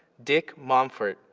dick monfort,